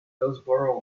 hillsboro